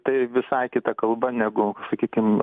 tai visai kita kalba negu sakykim